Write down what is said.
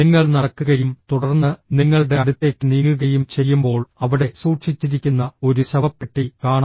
നിങ്ങൾ നടക്കുകയും തുടർന്ന് നിങ്ങളുടെ അടുത്തേക്ക് നീങ്ങുകയും ചെയ്യുമ്പോൾ അവിടെ സൂക്ഷിച്ചിരിക്കുന്ന ഒരു ശവപ്പെട്ടി കാണാം